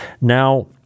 Now